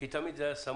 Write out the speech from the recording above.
כי תמיד זה היה סמוך,